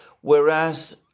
Whereas